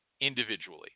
individually